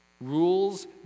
Rules